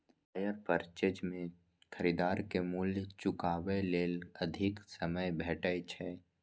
hire purchase मे खरीदार कें मूल्य चुकाबै लेल अधिक समय भेटै छै